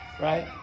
right